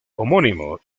homónimo